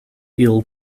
ill